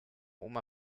oma